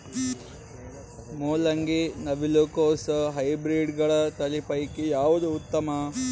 ಮೊಲಂಗಿ, ನವಿಲು ಕೊಸ ಹೈಬ್ರಿಡ್ಗಳ ತಳಿ ಪೈಕಿ ಯಾವದು ಉತ್ತಮ?